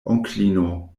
onklino